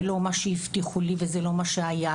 זה לא מה שהבטיחו לי וזה לא מה שהיה.